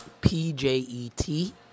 P-J-E-T